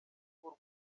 b’u